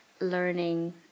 learning